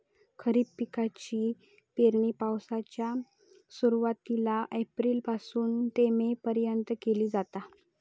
खरीप पिकाची पेरणी पावसाळ्याच्या सुरुवातीला एप्रिल पासून ते मे पर्यंत केली जाता